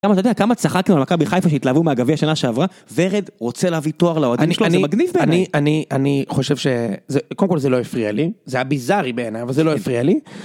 אתה יודע כמה צחקנו על מכבי חיפה שהתלהבו מהגבי השנה שעברה ורד רוצה להביא תואר לעוד אני אני אני אני אני חושב שזה קודם כל זה לא הפריע לי זה היה ביזרי בעיני אבל זה לא הפריע לי.